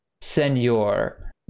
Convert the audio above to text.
Senor